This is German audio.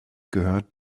gehört